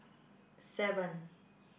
seven